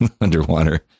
underwater